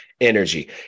energy